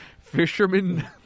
Fisherman